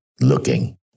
looking